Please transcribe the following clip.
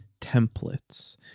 templates